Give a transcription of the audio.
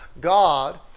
God